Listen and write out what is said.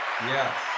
Yes